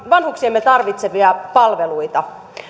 vanhuksiemme tarvitsemia palveluita